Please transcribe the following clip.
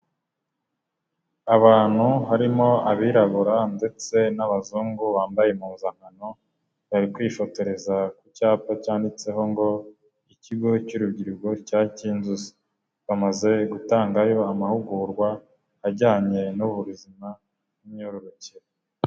Abantu harimo abirabura ndetse n'abazungu bambaye impuzankano bari kwifotoreza ku cyapa cyanditseho ngo "ikigo cy'urubyiruko cya kinzuzi" bamaze gutangayo amahugurwa ajyanye n'ubuzima n'imyororokere.